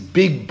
big